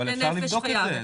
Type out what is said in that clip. אפשר לבדוק את זה.